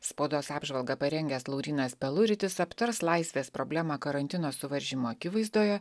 spaudos apžvalgą parengęs laurynas peluritis aptars laisvės problemą karantino suvaržymų akivaizdoje